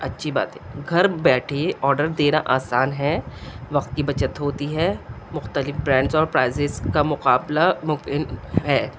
اچھی بات ہے گھر بیٹھے آڈر دینا آسان ہے وقت کی بچت ہوتی ہے مختلف برینڈس اور پرائزز کا مقابلہ ممکن ہے